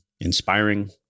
inspiring